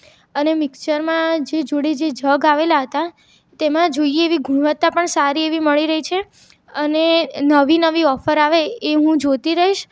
અને મિક્ષ્ચરમાં જે જોડે જે જગ આવેલા હતા તેમાં જોઈએ એવી ગુણવત્તા પણ સારી એવી મળી રહી છે અને નવી નવી ઓફર આવે એ હું જોતી રહીશ